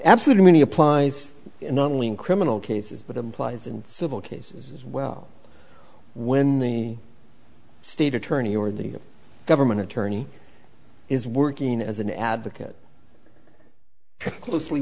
absolutely many applies not only in criminal cases but applies in civil cases well when the state attorney or the government attorney is working as an advocate closely